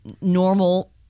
normal